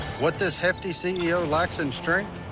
what this hefty ceo lacks in strength,